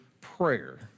prayer